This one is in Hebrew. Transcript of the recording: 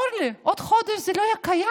שאורלי, עוד חודש זה לא יהיה קיים.